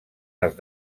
les